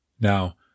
Now